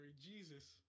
Jesus